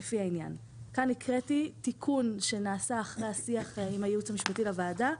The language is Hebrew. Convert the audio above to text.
לפי העניין," כאן הקראתי תיקון שנעשה אחרי השיח עם הייעוץ המשפט לוועדה,